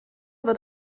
wird